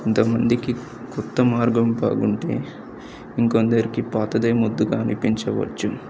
కొంతమందికి క్రొత్త మార్గం బాగుంటే ఇంకొందరికి పాతదే ముద్దుగా అనిపించవచ్చు